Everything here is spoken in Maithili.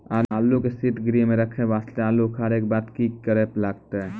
आलू के सीतगृह मे रखे वास्ते आलू उखारे के बाद की करे लगतै?